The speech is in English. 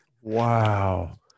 wow